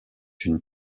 une